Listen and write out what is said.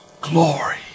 glory